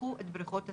פתחו את בריכות השחייה,